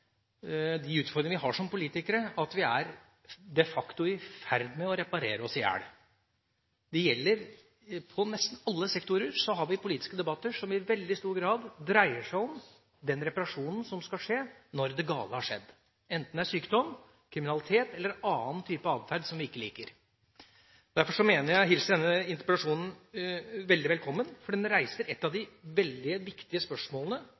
de utfordringene vi har som politikere, at vi de facto er i ferd med å reparere oss i hjel. Innen nesten alle sektorer har vi politiske debatter som i veldig stor grad dreier seg om den reparasjonen som skal skje når det gale har skjedd, enten det er sykdom, eller det er kriminalitet eller annen type atferd som vi ikke liker. Jeg hilser denne interpellasjonen velkommen, for den reiser et av de veldig viktige spørsmålene: